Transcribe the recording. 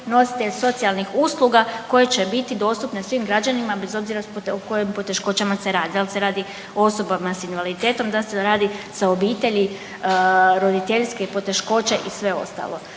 nositelj socijalnih usluga koje će biti dostupne svim građanima bez obzira o kojim poteškoćama se radi. Dal se radi o osobama s invaliditetom, dal se radi sa obitelji, roditeljske poteškoće i sve ostalo.